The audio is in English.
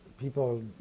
people